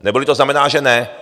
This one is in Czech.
Neboli to znamená, že ne.